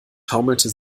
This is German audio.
taumelte